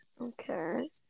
Okay